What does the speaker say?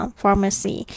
pharmacy